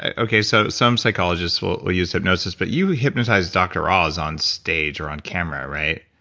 ah okay, so some psychologists will will use hypnosis. but you hypnotized dr. oz on stage or on camera, right?